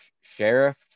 Sheriff